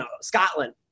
Scotland